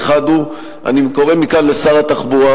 האחד הוא, אני קורא מכאן לשר התחבורה